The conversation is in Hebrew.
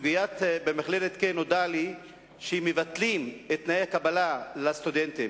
הסוגיה במכללת "קיי" נודע לי שמבטלים את תנאי הקבלה לסטודנטים,